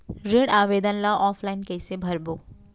ऋण आवेदन ल ऑफलाइन कइसे भरबो?